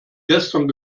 gestern